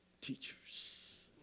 teachers